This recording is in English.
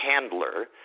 handler